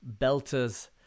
belters